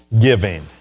giving